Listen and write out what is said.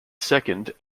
second